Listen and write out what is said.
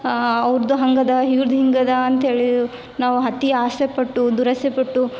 ಅವ್ರದ್ದು ಹಂಗೆ ಅದ ಇವ್ರ್ದು ಹಿಂಗೆ ಅದ ಅಂತ ಹೇಳಿ ನಾವು ಅತಿ ಆಸೆಪಟ್ಟು ದುರಾಸೆಪಟ್ಟು